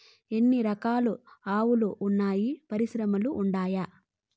ఎన్ని రకాలు ఆవులు వున్నాయి పరిశ్రమలు ఉండాయా?